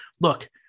look